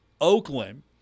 Oakland